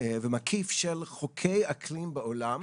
ומקיף של חוקי אקלים בעולם,